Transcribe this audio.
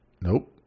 Nope